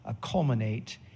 culminate